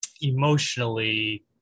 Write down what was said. emotionally